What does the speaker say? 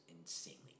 insanely